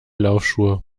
laufschuhe